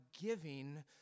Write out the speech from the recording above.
giving